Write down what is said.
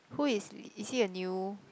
who is is he a new